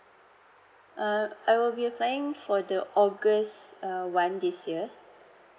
uh I will be applying for the august uh one this year